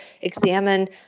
examine